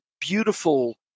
beautiful